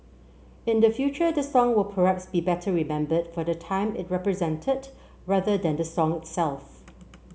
in the future this song will perhaps be better remembered for the time it represented rather than the song itself